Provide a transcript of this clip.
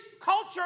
culture